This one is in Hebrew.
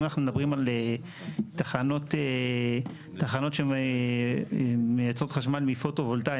אם אנחנו מדברים על תחנות שהן מייצרות חשמל מ-פוטו-וולטאי,